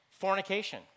fornication